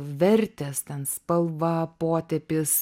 vertės ten spalva potėpis